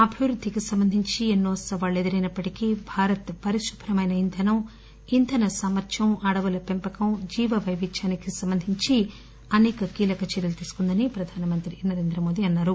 అభివృద్దికి సంబంధించి ఎన్నో సవాళ్లు ఎదురైనప్పటికీ భారత్ పరిశుభ్రమైన ఇంధనం ఇంధన సామర్యం అడవుల పెంపకం జీవ వైవిధ్యానికి సంబంధించి అసేక పెద్ద చర్యలు తీసుకుందని ప్రధానమంత్రి నరేంద్రమోదీ అన్నారు